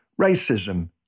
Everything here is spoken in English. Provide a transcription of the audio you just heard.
racism